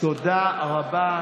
תודה רבה.